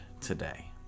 today